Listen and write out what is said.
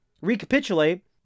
recapitulate